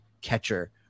catcher